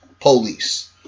police